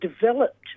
developed